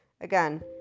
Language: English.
again